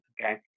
okay